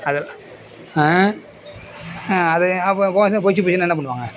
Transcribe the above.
அது அது அப்போ வந்து போச்சின்னா என்ன பண்ணுவாங்க